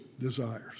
desires